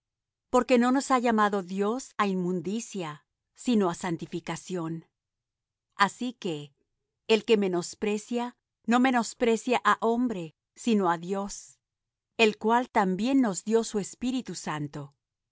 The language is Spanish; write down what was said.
porque no nos ha llamado dios á inmundicia sino á santificación así que el que menosprecia no menosprecia á hombre sino á dios el cual también nos dió su espíritu santo